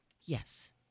Yes